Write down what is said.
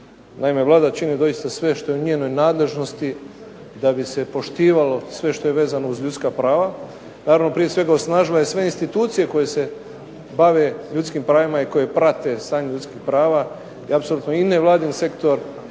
Naime, Vlada čini sve što je u njezinoj nadležnosti da bi se poštivalo sve što je vezano uz ljudska prava. Naravno, prije svega osnažila je sve institucije koje se bave ljudskim pravima i koje prate stanje ljudskih prava i apsolutno ini vladin sektor